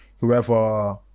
Whoever